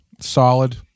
Solid